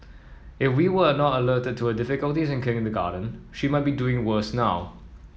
if we were not alerted to her difficulties in kindergarten she might be doing worse now